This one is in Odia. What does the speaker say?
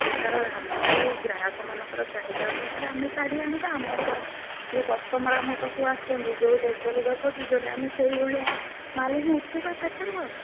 ଓଡ଼ିଶାର ଆମକୁ ଗ୍ରାହକମାନଙ୍କର ଚାହିଦା ଅନୁସାରେ ଆମେ ଶାଢ଼ୀ ଆଣିବା ଆମ ଯୋଉ କଷ୍ଟମର୍ ଆମ ପାଖକୁ ଆସୁଛନ୍ତି ଯୋଉ ଟାଇପ୍ର ଲୁଗା ଖୋଜୁଛନ୍ତି ଆମେ ସେଇଭଳିଆ ମାଲ୍ ହିଁ ଉଠେଇବା ସେଠାରୁ ଆଉ